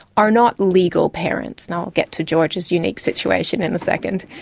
or not legal parents. and i'll get to george's unique situation in a second.